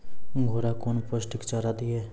घोड़ा कौन पोस्टिक चारा दिए?